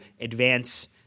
advance